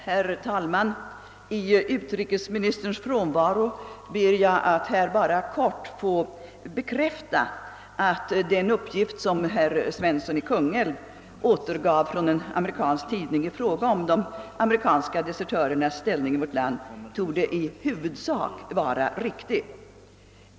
Herr talman! I utrikesministerns frånvaro ber jag att här kort få bekräfta att den uppgift som herr Svensson i Kungälv återgav från en amerikansk tidning i fråga om de amerikanska desertörernas ställning i vårt land i huvudsak torde vara riktig.